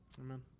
Amen